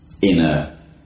inner